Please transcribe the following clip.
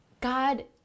God